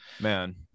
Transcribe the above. Man